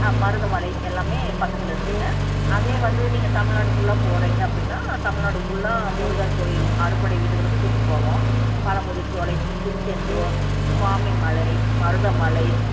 மருதமலை எல்லாமே பக்கத்தில் இருக்குங்க அது வந்து நீங்கள் தமிழ் நாடு ஃபுல்லாக போகிறீங்க அப்படினா தமிழ் நாடு ஃபுல்லாக முருகர் கோயில் அறுபடை வீடுகளுக்கும் கூட்டிகிட்டு போவோம் பழமுதிர்சோலை திருச்செந்தூர் சுவாமிமலை மருதமலை